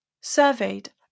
surveyed